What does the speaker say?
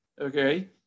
okay